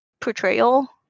portrayal